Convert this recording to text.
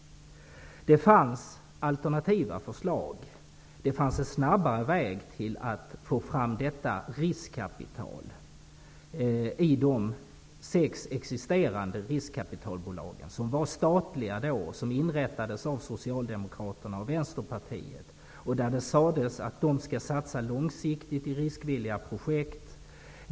Det fanns alternativa förslag. Det fanns en snabbare väg att få fram detta riskkapital i de sex existerande riskkapitalbolagen, som då var statliga och som inrättades av Socialdemokraterna och Vänsterpartiet. Det har sagts att de här bolagen skall satsa långsiktigt i riskvilliga projekt.